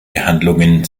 behandlungen